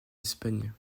espagne